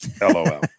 LOL